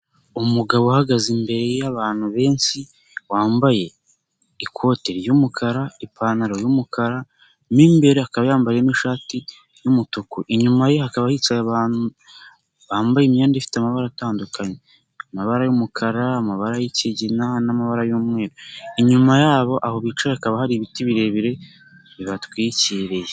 Umugabo uhagaze imbere y'abantu benshi, wambaye ikoti ry'umukara, ipantaro y'umukara, mo imbere akaba yambayemo ishati y'umutuku, inyuma ye ba yicaye bambaye imyenda ifite amabara atandukanye, amabara y'umukara, amabara y'ikigina. n'amabara y'umweru. Inyuma yabo aho bicaye hakaba hari ibiti birebire bibatwikiriye.